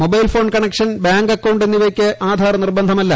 mobile phone connection bank ആഅക്കൌ ് എന്നിവയ്ക്ക് ആധാർ നിർബന്ധമല്ല